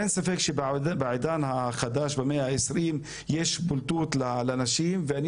אין ספק שבעידן החדש במאה ה-20 יש בולטות לנשים ואני